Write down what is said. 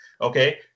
Okay